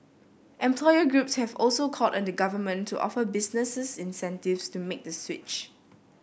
employer groups have also called on the Government to offer businesses incentives to make the switch